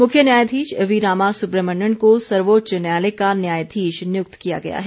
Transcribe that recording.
मुख्य न्यायाधीश वीरामा सुब्रमण्यन को सर्वोच्च न्यायालय का न्यायाधीश नियुक्त किया गया है